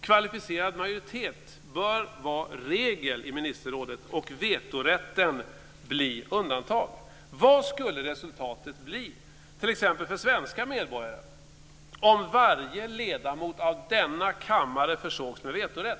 Kvalificerad majoritet bör vara regel i ministerrådet och vetorätten bli undantag. Vad skulle resultatet bli för t.ex. svenska medborgare om varje ledamot av denna kammare försågs med vetorätt?